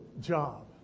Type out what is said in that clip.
job